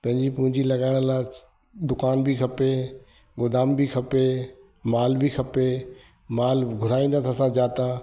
पंहिंजी पूंजी लॻाइण लाइ दुकानु बि खपे गोदाम बि खपे मालु बि खपे मालु घुराईंदासि असां जितां